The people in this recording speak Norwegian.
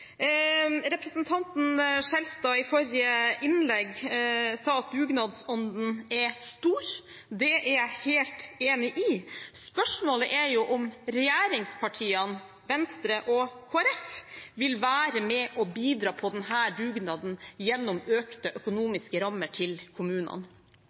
Representanten Skjelstad sa i forrige innlegg at dugnadsånden er stor. Det er jeg helt enig i. Spørsmålet er om regjeringspartiene, Venstre og Kristelig Folkeparti vil være med og bidra til denne dugnaden gjennom økte økonomiske rammer til kommunene.